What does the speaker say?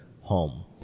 home